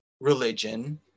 religion